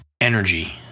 energy